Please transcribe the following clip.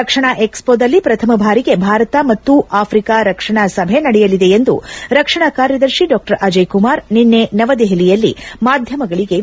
ರಕ್ಷಣಾ ಎಕ್ಸಮೊದಲ್ಲಿ ಪ್ರಥಮ ಬಾರಿಗೆ ಭಾರತ ಮತ್ತು ಆಫ್ರಿಕಾ ರಕ್ಷಣಾ ಸಭೆ ನಡೆಯಲಿದೆ ಎಂದು ರಕ್ಷಣಾ ಕಾರ್ಯದರ್ಶಿ ಡಾಕ್ಷರ್ ಅಜಯ್ ಕುಮಾರ್ ನಿನ್ನೆ ನವದೆಹಲಿಯಲ್ಲಿ ಮಾಧ್ಯಮಗಳಿಗೆ ವಿವರಿಸಿದರು